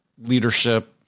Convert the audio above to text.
leadership